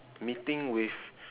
meeting with